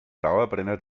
dauerbrenner